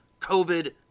COVID